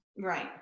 Right